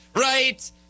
right